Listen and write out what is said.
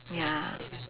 ya